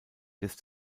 des